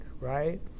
right